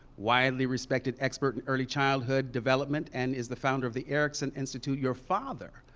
widely respected expert in early childhood development and is the founder of the erikson institute. your father,